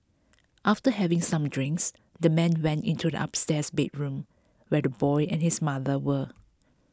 after having some drinks the man went into the upstairs bedroom where the boy and his mother were